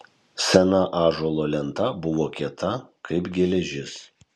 sena ąžuolo lenta buvo kieta kaip geležis